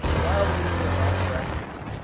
while we were at breakfast,